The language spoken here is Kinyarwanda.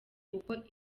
uko